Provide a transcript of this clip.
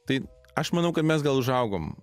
tai aš manau ka mes gal užaugom